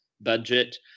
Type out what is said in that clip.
budget